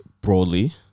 broadly